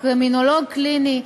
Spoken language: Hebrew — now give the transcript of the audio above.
קרימינולוג קליני,